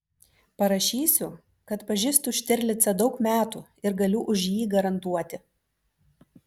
parašysiu kad pažįstu štirlicą daug metų ir galiu už jį garantuoti